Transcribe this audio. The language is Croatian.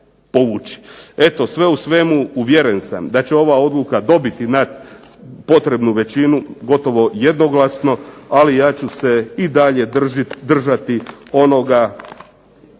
Eto sve u svemu uvjeren sam da će ova odluka dobiti potrebnu većinu gotovo jednoglasno, ali ja ću se i dalje držati onoga